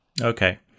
Okay